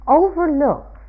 overlook